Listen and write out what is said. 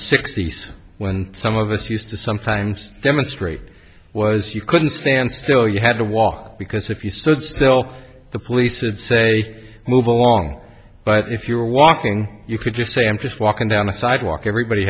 sixty's when some of us used to sometimes demonstrate was you couldn't stand still you had to walk because if you stood still the police would say move along but if you were walking you could just say i'm just walking down the sidewalk everybody